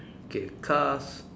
K cars